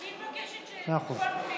אני מבקשת לביטחון פנים.